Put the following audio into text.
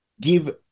give